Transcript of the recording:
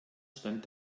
stand